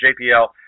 JPL